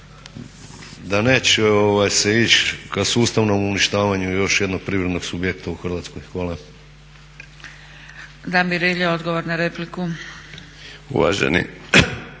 da neće se ići ka sustavnom uništavanju još jednom privrednog subjekta u RH. Hvala.